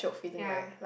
ya